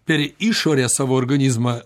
per išorę savo organizmą